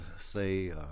say –